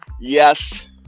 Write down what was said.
Yes